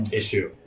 issue